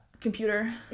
computer